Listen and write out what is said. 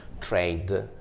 trade